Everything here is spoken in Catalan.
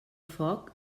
foc